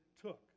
took